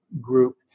group